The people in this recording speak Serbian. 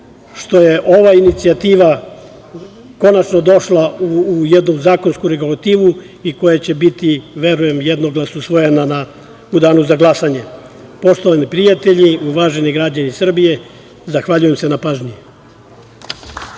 što je ova inicijativa konačno došla u jednu zakonsku regulativu i koja će biti, verujem, jednoglasno usvojena u Danu za glasanje. Poštovani prijatelji, uvaženi građani Srbije, zahvaljujem se na pažnji.